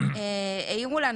העירו לנו,